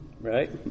right